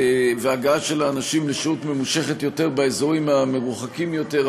וההגעה של האנשים לשהות ממושכת יותר באזורים המרוחקים יותר,